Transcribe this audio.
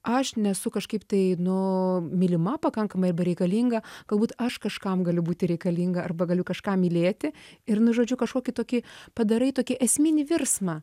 aš nesu kažkaip tai nu mylima pakankamai arba reikalinga galbūt aš kažkam galiu būti reikalinga arba galiu kažką mylėti ir nu žodžiu kažkokį tokį padarai tokį esminį virsmą